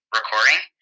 recording